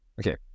Okay